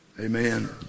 Amen